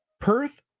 Perth